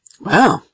Wow